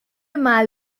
mal